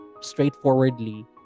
straightforwardly